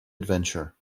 adventure